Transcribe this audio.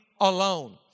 alone